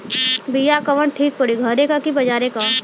बिया कवन ठीक परी घरे क की बजारे क?